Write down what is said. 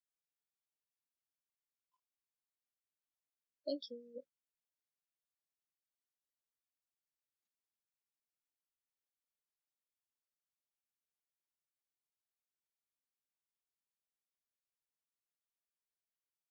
thank you